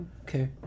okay